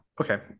okay